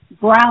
brown